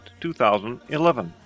2011